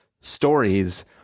stories